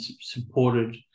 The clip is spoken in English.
supported